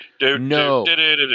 No